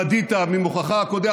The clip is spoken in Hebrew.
בדית ממוחך הקודח,